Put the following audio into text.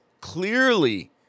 clearly